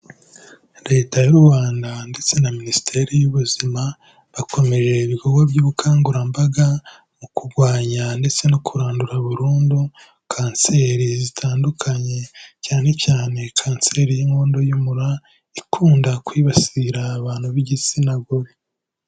Leta y'u Rwanda ndetse na minisiteri y'ubuzima, bakomeje ibikorwa by'ubukangurambaga mu kurwanya ndetse no kurandura burundu kanseri zitandukanye, cyane cyane kanseri y'inkondo y'umura ikunda kwibasira abantu b'igitsina gore.